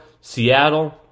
Seattle